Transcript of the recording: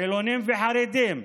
חילונים וחרדים,